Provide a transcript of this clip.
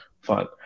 fun